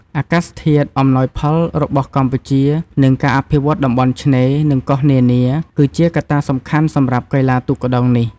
អាកាសធាតុអំណោយផលរបស់កម្ពុជា និងការអភិវឌ្ឍន៍តំបន់ឆ្នេរ និងកោះនានា គឺជាកត្តាសំខាន់សម្រាប់កីឡាទូកក្ដោងនេះ។